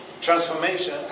transformation